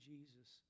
Jesus